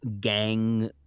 gang